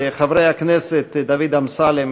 חבר הכנסת דוד אמסלם,